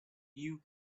eve